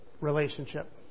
relationship